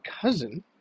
cousin